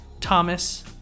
Thomas